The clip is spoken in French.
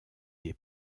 des